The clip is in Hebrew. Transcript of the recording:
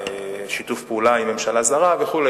בשיתוף פעולה עם ממשלה זרה וכו'.